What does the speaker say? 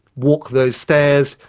walk those stairs,